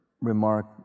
remark